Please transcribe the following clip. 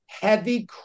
heavy